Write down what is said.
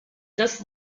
this